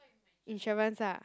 insurance ah